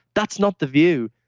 that's not the view.